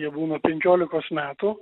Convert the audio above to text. jie būna penkiolikos metų